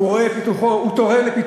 על העניין.